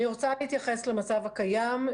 אני רוצה להתייחס למצב הקיים.